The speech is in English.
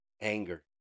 anger